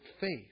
faith